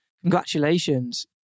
congratulations